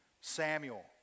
Samuel